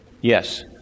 Yes